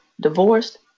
divorced